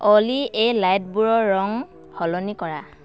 অ'লি এই লাইটবোৰৰ ৰং সলনি কৰা